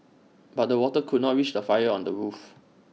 but the water could not reach the fire on the roof